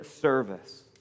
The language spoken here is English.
service